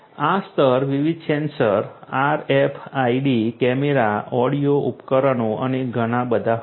આ સ્તરમાં વિવિધ સેન્સર RFID કેમેરા ઓડિયો ઉપકરણો અને ઘણાં બધાં હશે